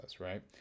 right